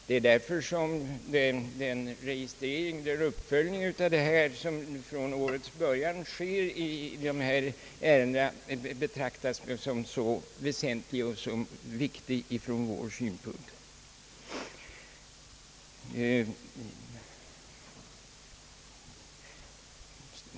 Det är därför som den uppfölj ning som från årets början sker i dessa ärenden betraktas som så viktig ur vår synpunkt.